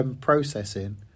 processing